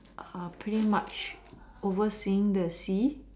pretty much overseeing the sea